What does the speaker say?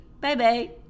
Bye-bye